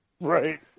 Right